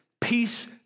Peace